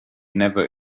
never